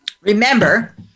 Remember